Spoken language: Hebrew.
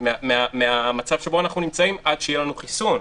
מן המצב שבו אנחנו נמצאים עד שיהיה לנו חיסון.